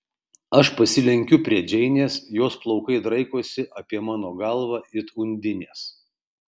aš pasilenkiu prie džeinės jos plaukai draikosi apie mano galvą it undinės